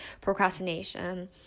procrastination